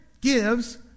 gives